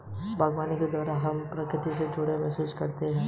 बागवानी के द्वारा हम प्रकृति से जुड़ाव महसूस करते हैं